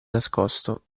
nascosto